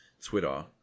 Twitter